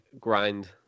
grind